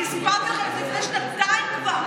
אני סיפרתי לכם את זה לפני שנתיים כבר.